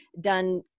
done